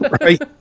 Right